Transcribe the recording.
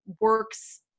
works